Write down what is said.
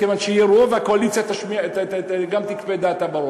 כיוון שיהיה רוב, והקואליציה תכפה את דעתה ברוב.